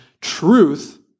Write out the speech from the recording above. truth